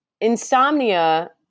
Insomnia